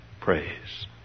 Praise